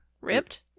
Ripped